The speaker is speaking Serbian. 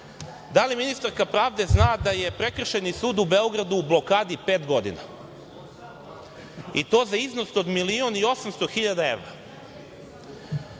da li ministarka pravde zna da je Prekršajni sud u Beogradu u blokadi pet godina, i to za iznos od milion i 800 hiljada evra?